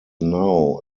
now